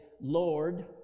Lord